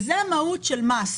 זו המהות של מס,